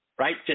Right